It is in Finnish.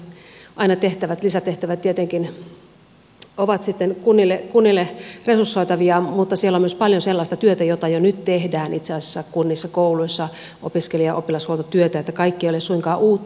toki aina tehtävät lisätehtävät tietenkin ovat sitten kunnille resursoitavia mutta siellä on myös paljon sellaista työtä jota jo nyt tehdään itse asiassa kunnissa kouluissa opiskelija ja oppilashuoltotyötä joten kaikki ei ole suinkaan uutta